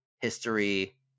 history